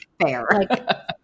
fair